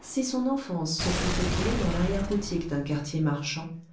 si son enfance se fût écoulée dans l'arrière-boutique d'un quartier marchand